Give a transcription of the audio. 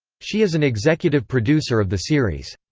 she is an executive producer of the series.